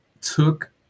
took